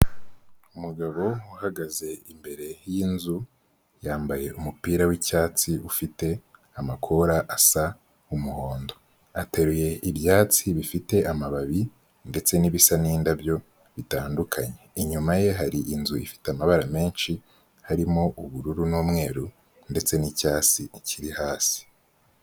Umugabo uhagaze imbere y'inzu, yambaye umupira w'icyatsi ufite amakora asa umuhondo. Ateruye ibyatsi bifite amababi ndetse n'ibisa n'indabyo bitandukanye. Inyuma ye hari inzu ifite amabara menshi, harimo ubururu n'umweru ndetse n'icyatsi kiri hasi.